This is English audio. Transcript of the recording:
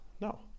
No